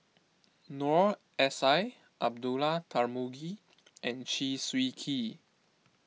Noor S I Abdullah Tarmugi and Chew Swee Kee